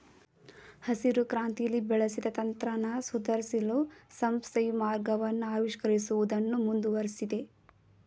ಹಸಿರುಕ್ರಾಂತಿಲಿ ಬಳಸಿದ ತಂತ್ರನ ಸುಧಾರ್ಸಲು ಸಂಸ್ಥೆಯು ಮಾರ್ಗವನ್ನ ಆವಿಷ್ಕರಿಸುವುದನ್ನು ಮುಂದುವರ್ಸಿದೆ